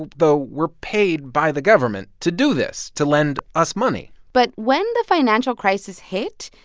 though, were paid by the government to do this to lend us money but when the financial crisis hit,